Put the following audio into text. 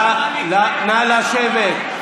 נא לשבת.